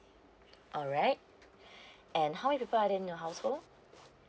alright and how many people are there in your household